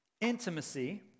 intimacy